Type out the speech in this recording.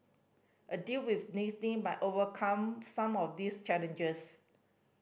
a deal with Disney might overcome some of these challenges